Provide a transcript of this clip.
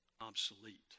Obsolete